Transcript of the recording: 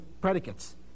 predicates